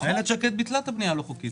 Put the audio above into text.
אילת שקד ביטלה את הבנייה הלא חוקית.